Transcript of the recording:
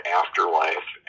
afterlife